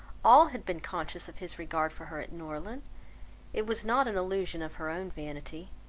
all had been conscious of his regard for her at norland it was not an illusion of her own vanity.